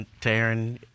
Taryn